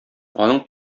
аның